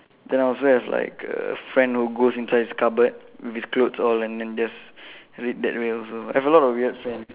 then I also have like a friend who goes inside his cupboard with clothes all and then just read that way also I have a lot of weird friends